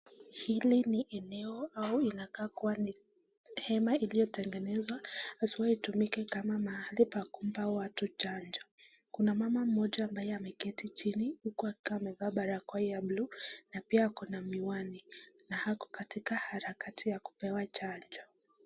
Hili ni eneo au inaka kuwa ni hema iliyotengenezwa, haswa itumike kama mahali pa kuumpa watu chanjo. Kuna mama moja ambaye ameketi chini huku akiwa amevaa barakoa ya buluu, na pia kuna miwani na ako kwa harakati ya kupewa chanjo.